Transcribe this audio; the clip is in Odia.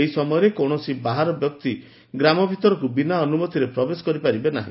ଏହି ସମୟରେ କୌଶସି ବାହାର ବ୍ୟକ୍ତି ଗ୍ରାମ ଭିତରକୁ ବିନା ଅନୁମତିରେ ପ୍ରବେଶ କରିପାରିବେ ନାହି